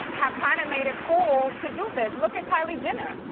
have kind of made it cool to do this. look at kylie jenner.